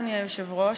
אדוני היושב-ראש,